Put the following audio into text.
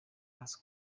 hasi